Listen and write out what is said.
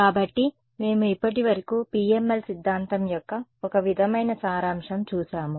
కాబట్టి మేము ఇప్పటివరకు PML సిద్ధాంతం యొక్క ఒక విధమైన సారాంశం చూసాము